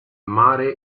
mare